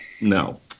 No